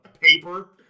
paper